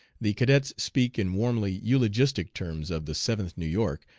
the cadets speak in warmly eulogistic terms of the seventh new york,